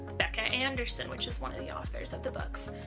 becca anderson which is one of the authors of the books.